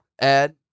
add